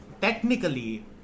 technically